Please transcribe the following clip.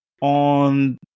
on